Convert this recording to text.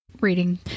reading